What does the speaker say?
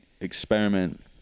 experiment